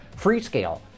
Freescale